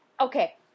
Okay